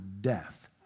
death